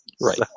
Right